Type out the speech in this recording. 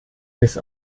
bis